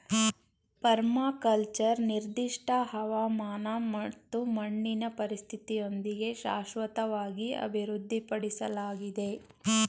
permaculture ನಿರ್ದಿಷ್ಟ ಹವಾಮಾನ ಮತ್ತು ಮಣ್ಣಿನ ಪರಿಸ್ಥಿತಿಯೊಂದಿಗೆ ಶಾಶ್ವತವಾಗಿ ಅಭಿವೃದ್ಧಿಪಡ್ಸಲಾಗಿದೆ